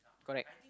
correct